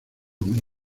muy